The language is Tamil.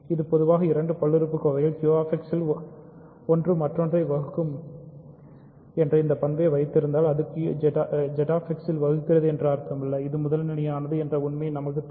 இது பொதுவாக இரண்டு பல்லுறுப்புக்கோவைகள் QX இல் ஒன்று மற்றொன்றைப் வகுக்கும் இந்தச் பண்பை வைத்திருந்தால் அது ZX இல் வகுக்கிறது என்று அர்த்தமல்ல அது முதல்நிலையானது என்ற உண்மை நமக்குத் தேவை